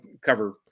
cover